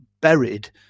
buried